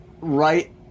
right